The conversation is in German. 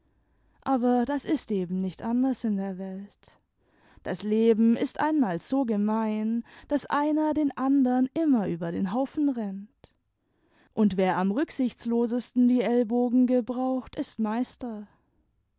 aber das ist eben nicht anders in der welt das leben ist einmal so gemein daß einer den andern immer über den haufen rennt und wer am rücksichtslosesten die ellbogen gebraucht ist meister